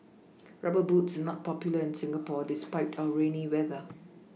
rubber boots are not popular in Singapore despite our rainy weather